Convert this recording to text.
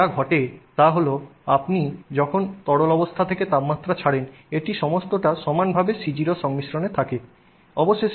এবং যা ঘটে তা হল যখন আপনি তরল অবস্থা থেকে তাপমাত্রা ছাড়েন এটি সমস্ত টা সমানভাবে C0 সংমিশ্রণে থাকে